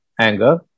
anger